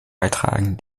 beitragen